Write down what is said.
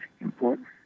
important